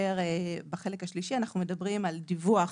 בחלק השלישי אנחנו מדברים על דיווח,